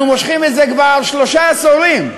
אנחנו מושכים את זה כבר שלושה עשורים,